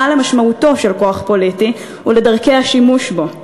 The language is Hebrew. למשמעותו של כוח פוליטי ולדרכי השימוש בו.